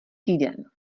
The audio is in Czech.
týden